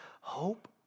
hope